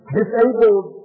disabled